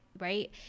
right